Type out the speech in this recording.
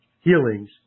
healings